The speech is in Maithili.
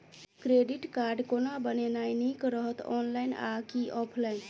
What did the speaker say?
क्रेडिट कार्ड कोना बनेनाय नीक रहत? ऑनलाइन आ की ऑफलाइन?